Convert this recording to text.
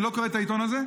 אני לא קורא את העיתון הזה,